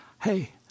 hey